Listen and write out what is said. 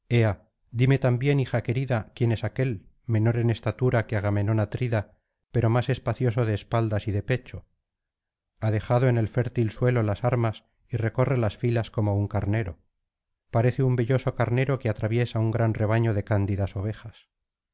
lime también hija querida quién es aquél menor en estatura que agamenón atrida pero más espacioso de espaldas y de pecho ha dejado en el fértil suelo las armas y recorre las filas como un carnero parece un velloso carnero que atraviesa un gran rebaño de candidas ovejas